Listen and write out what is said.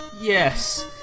yes